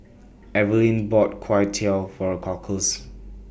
Eveline bought Kway Teow For Cockles